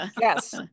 Yes